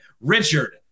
Richard